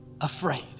afraid